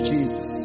Jesus